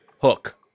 Hook